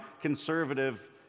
conservative